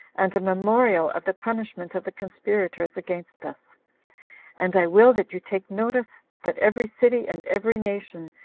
and a memorial of the punishment of the conspirators against us and i will that you take notice, that every city, and every nation,